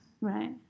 Right